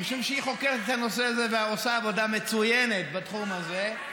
משום שהיא חוקרת את הנושא ועושה עבודה מצוינת בתחום הזה,